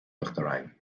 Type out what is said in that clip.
uachtaráin